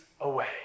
away